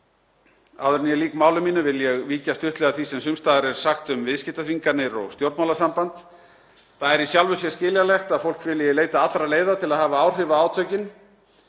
Áður en ég lýk máli mínu vil ég víkja stuttlega að því sem sums staðar er sagt um viðskiptaþvinganir og stjórnmálasamband. Það er í sjálfu sér skiljanlegt að fólk vilji leita allra leiða til að hafa áhrif á átökin.